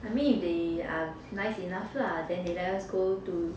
I mean if they are nice enough lah then they let us go to